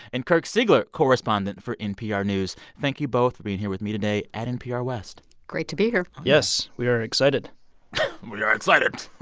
and kirk siegler, correspondent for npr news. thank you both for being here with me today at npr west great to be here yes. we are excited we are excited